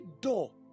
door